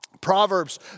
Proverbs